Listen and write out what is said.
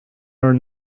are